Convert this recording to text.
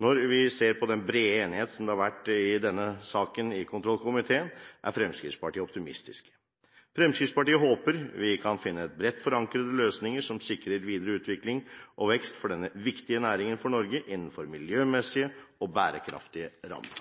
Når vi ser den brede enigheten som har vært i denne saken i kontrollkomiteen, er Fremskrittspartiet optimistisk. Fremskrittspartiet håper vi kan finne bredt forankrede løsninger som sikrer videre utvikling og vekst for denne viktige næringen for Norge, innenfor miljømessige og bærekraftige rammer.